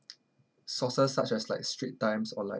sources such as like strait times or like